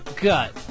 gut